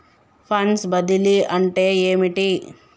Funds బదిలీ అంటే ఏమిటి?